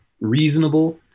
reasonable